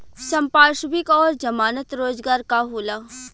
संपार्श्विक और जमानत रोजगार का होला?